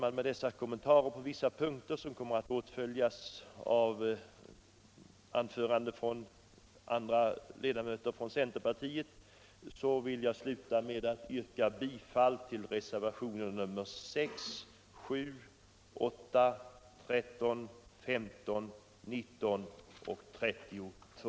Efter dessa kommentarer på vissa punkter — frågorna kommer att belysas ytterligare i anföranden av andra företrädare för centerpartiet — vill jag sluta med att yrka bifall till reservationerna 6, 7, 8; 11; 13, 15 och 19;